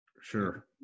sure